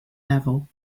level